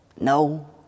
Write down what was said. No